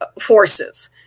forces